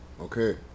okay